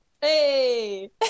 Hey